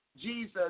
Jesus